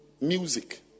music